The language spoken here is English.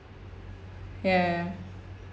ya